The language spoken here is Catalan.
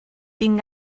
tinc